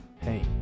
hey